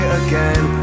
again